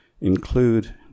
include